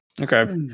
Okay